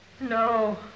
No